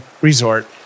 Resort